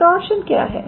तोटॉर्शनक्या है